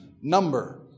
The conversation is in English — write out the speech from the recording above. number